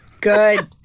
good